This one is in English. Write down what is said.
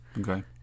okay